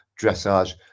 dressage